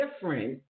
different